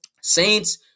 saints